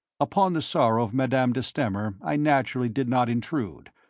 upon the sorrow of madame de stamer i naturally did not intrude,